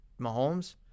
Mahomes